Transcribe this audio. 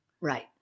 Right